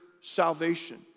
salvation